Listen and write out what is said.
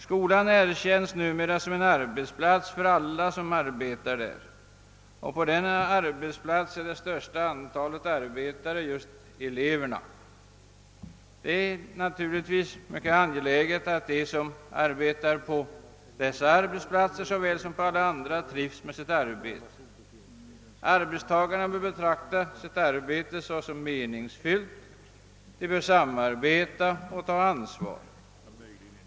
Skolan erkänns numera som en arbetsplats för alla som arbetar där, och på denna arbetsplats är det största antalet arbetare just eleverna. Det är naturligtvis mycket angeläget att de som arbetar på skolans arbetsplatser lika väl som de som arbetar på andra arbetsplatser trivs med sitt arbete. Arbetstagarna bör betrakta sitt arbete såsom meningsfullt, de bör samarbeta och ta ansvar.